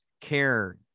care